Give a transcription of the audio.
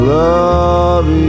love